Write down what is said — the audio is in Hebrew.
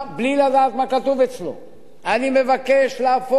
בלי לדעת מה כתוב אצלו אני מבקש להפוך את